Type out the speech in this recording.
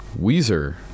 Weezer